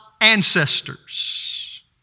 ancestors